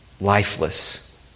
lifeless